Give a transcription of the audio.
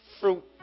fruit